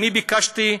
אני ביקשתי,